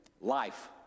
life